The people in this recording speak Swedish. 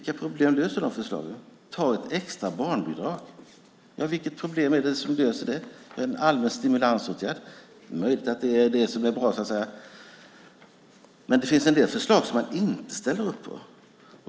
Ta förslaget om ett extra barnbidrag! Vilket problem löser det? Det är en allmän stimulansåtgärd. Det är möjligt att det är det som är bra. Men det finns en del förslag som man inte ställer upp på.